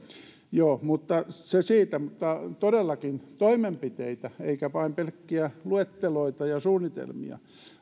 joo mutta se siitä todellakin toimenpiteitä eikä vain pelkkiä luetteloita ja suunnitelmia